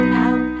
out